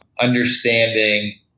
understanding